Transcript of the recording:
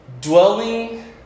Dwelling